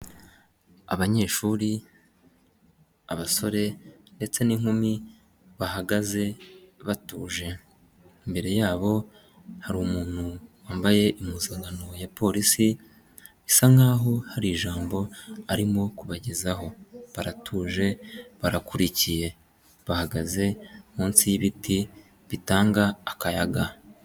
Abanyeshuri, abasore ndetse n'inkumi bahagaze batuje, imbere yabo hari umuntu wambaye impuzankano ya Polisi bisa nk'aho hari ijambo arimo kubagezaho, baratuje, barakurikiye, bahagaze munsi y'ibiti bitanga akayaga.